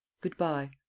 Good-bye